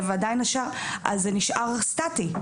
זה נשאר סטטי.